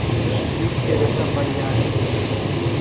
जुट के रेसा बरियार भी होखेला